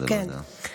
אני לא יודע.